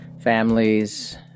families